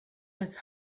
his